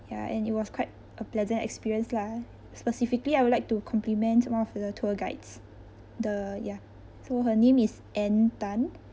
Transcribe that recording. ya and it was quite a pleasant experience lah specifically I would like to compliment one of the tour guide the ya so her name is ann tan